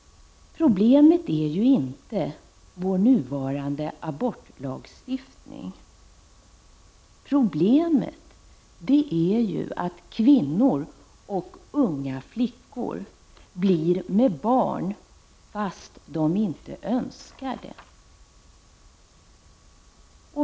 Problemet är ju inte vår nuvarande abortlagstiftning. Problemet är att kvinnor och unga flickor blir med barn fast de inte önskar det.